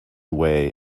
way